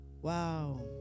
Wow